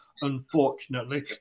unfortunately